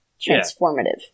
transformative